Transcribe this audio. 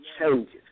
changes